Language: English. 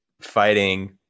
fighting